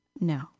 No